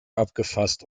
abgefasst